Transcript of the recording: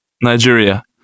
Nigeria